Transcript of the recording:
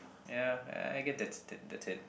ya I guess that's that's it